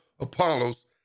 Apollos